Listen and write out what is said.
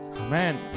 Amen